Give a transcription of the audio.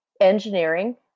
engineering